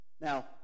Now